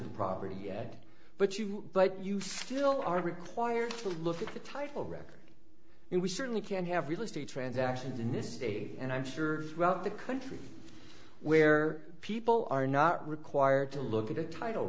the property yet but you but you still are required to look at the title record and we certainly can have real estate transactions in this city and i'm sure throughout the country where people are not required to look at a title